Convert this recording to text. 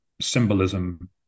symbolism